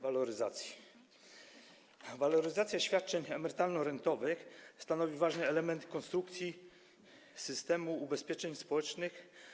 Waloryzacja świadczeń emerytalno-rentowych stanowi ważny element konstrukcji systemu ubezpieczeń społecznych.